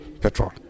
petrol